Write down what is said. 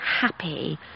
happy